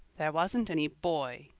there wasn't any boy,